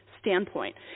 standpoint